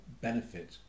benefit